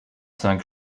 cinq